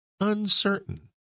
Uncertain